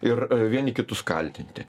ir vieni kitus kaltinti